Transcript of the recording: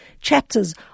chapters